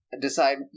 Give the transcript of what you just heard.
decide